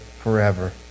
forever